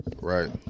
Right